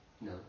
No